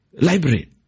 library